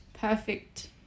perfect